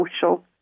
social